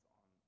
on